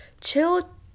chill